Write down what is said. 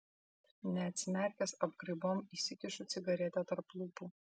neatsimerkęs apgraibom įsikišu cigaretę tarp lūpų